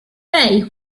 bay